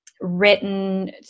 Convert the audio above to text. written